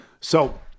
So-